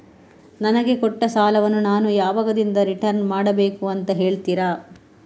ನನಗೆ ಕೊಟ್ಟ ಸಾಲವನ್ನು ನಾನು ಯಾವಾಗದಿಂದ ರಿಟರ್ನ್ ಮಾಡಬೇಕು ಅಂತ ಹೇಳ್ತೀರಾ?